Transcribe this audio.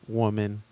woman